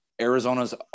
Arizona's